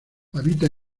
habita